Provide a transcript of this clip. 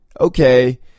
okay